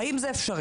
האם זה אפשרי?